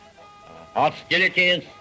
Hostilities